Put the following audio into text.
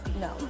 No